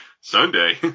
Sunday